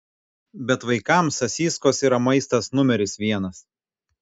bet vaikams sasyskos yra maistas numeris vienas